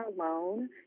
alone